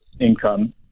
income